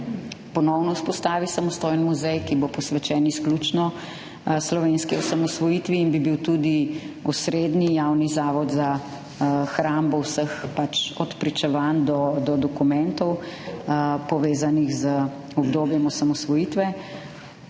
ponovno vzpostavi samostojni muzej, ki bo posvečen izključno slovenski osamosvojitvi in bi bil tudi osrednji javni zavod za hrambo od pričevanj do dokumentov, povezanih z obdobjem osamosvojitve,